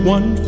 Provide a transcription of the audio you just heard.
One